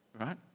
right